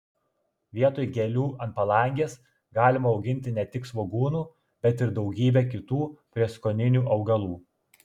vietoj gėlių ant palangės galima auginti ne tik svogūnų bet ir daugybę kitų prieskoninių augalų